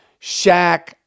Shaq